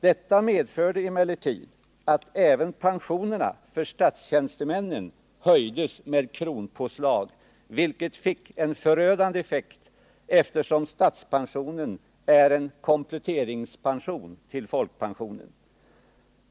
Detta medförde emellertid även att pensionerna för statstjänstemännen höjdes med kronpåslag, vilket fick en förödande effekt, eftersom statspensionen är en komplementpension till folkpensionen.